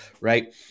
right